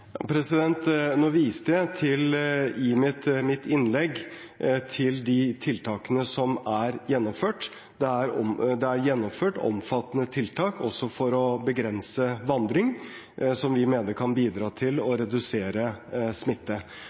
Nå viste jeg i mitt innlegg til de tiltakene som er gjennomført. Det er gjennomført omfattende tiltak, også for å begrense vandring, som vi mener kan bidra til å redusere smitte.